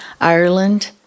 Ireland